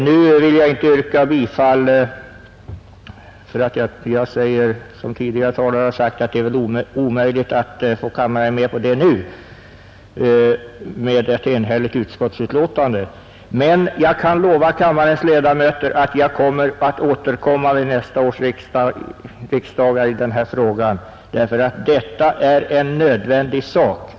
Nu skall jag inte yrka bifall till motionen — jag säger som tidigare talare, att det är väl omöjligt att få kammaren med på ett sådant yrkande, när ett enhälligt utskottsutlåtande föreligger. Men jag kan lova kammarens ledamöter att jag återkommer i denna fråga vid kommande riksdagar, därför att detta är en nödvändig sak.